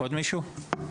עוד מישהו?